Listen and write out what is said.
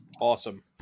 Awesome